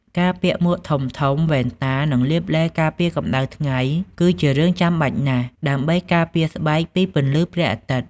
ការពាក់មួកធំៗ វ៉ែនតា និងលាបឡេការពារកម្ដៅថ្ងៃគឺជារឿងចាំបាច់ណាស់ដើម្បីការពារស្បែកពីពន្លឺព្រះអាទិត្យ។